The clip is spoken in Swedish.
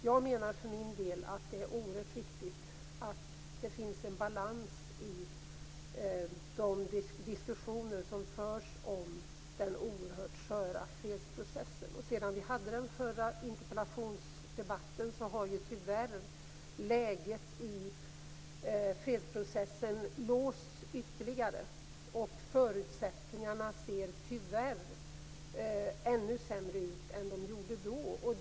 Jag menar för min del att det är oerhört viktigt att det finns en balans i de diskussioner som förs om den oerhört sköra fredsprocessen. Sedan vi hade den förra interpellationsdebatten har läget i fredsprocessen tyvärr låsts ytterligare, och förutsättningarna ser tyvärr ännu sämre ut än de gjorde då.